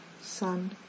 sun